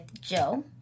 Joe